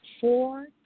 four